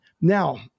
now